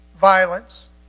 violence